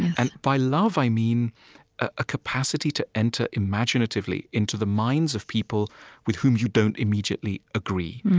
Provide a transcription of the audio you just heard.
and by love i mean a capacity to enter imaginatively into the minds of people with whom you don't immediately agree,